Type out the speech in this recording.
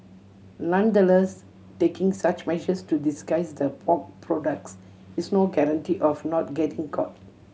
nonetheless taking such measures to disguise the pork products is no guarantee of not getting caught